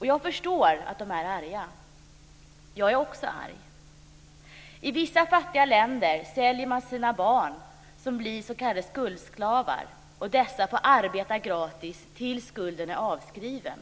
Jag förstår att de är arga. Också jag är arg. I vissa fattiga länder säljer man sina barn till att bli s.k. skuldslavar, som får arbeta gratis tills skulden är avskriven.